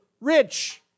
rich